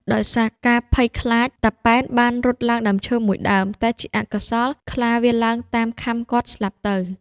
ដោយការភ័យខ្លាច តាប៉ែនបានរត់ឡើងដើមឈើមួយដើម តែជាអកុសល ខ្លាវាឡើងតាមខាំគាត់ស្លាប់ទៅ។